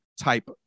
type